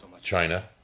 China